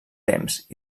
temps